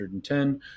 110